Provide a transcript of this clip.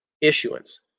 issuance